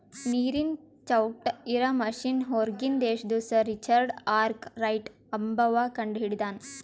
ನೀರನ್ ಚೌಕ್ಟ್ ಇರಾ ಮಷಿನ್ ಹೂರ್ಗಿನ್ ದೇಶದು ಸರ್ ರಿಚರ್ಡ್ ಆರ್ಕ್ ರೈಟ್ ಅಂಬವ್ವ ಕಂಡಹಿಡದಾನ್